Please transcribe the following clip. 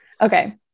okay